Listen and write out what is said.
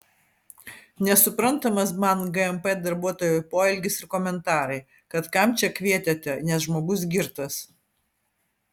nesuprantamas man gmp darbuotojų poelgis ir komentarai kad kam čia kvietėte nes žmogus girtas